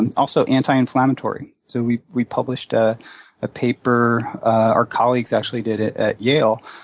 and also, anti-inflammatory so we we published ah a paper our colleagues actually did at at yale.